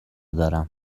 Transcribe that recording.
دارم